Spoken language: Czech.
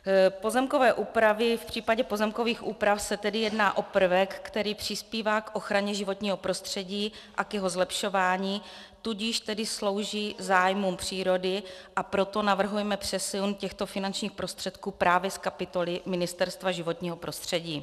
V případě pozemkových úprav se tedy jedná o prvek, který přispívá k ochraně životního prostředí a k jeho zlepšování, tudíž tedy slouží zájmům přírody, a proto navrhujeme přesun těchto finančních prostředků právě z kapitoly Ministerstva životního prostředí.